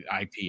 IP